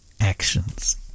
actions